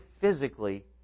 physically